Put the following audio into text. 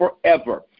forever